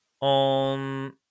on